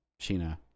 sheena